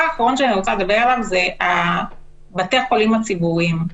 נושא בתי החולים הציבוריים: